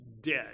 dead